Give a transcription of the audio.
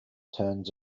turns